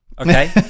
Okay